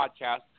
podcast